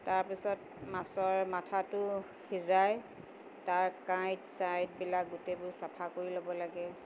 তাৰপিছত মাছৰ মাথাটো সিজাই তাৰ কাঁইট ছাইটবিলাক গোটেইবোৰ চাফা কৰি ল'ব লাগে